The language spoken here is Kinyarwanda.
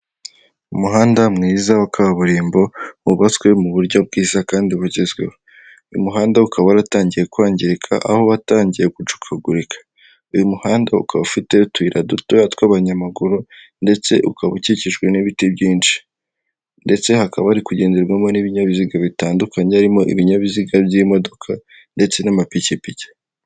Iki ngiki ni ikigo cya emutiyene kidufasha kubijyanye no kuba baguha amayinite ugahamagara mugenzi wawe, cyangwa se ukamwandikira kuri murandasi bitewe n'icyo ushaka.